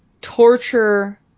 torture